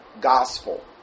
gospel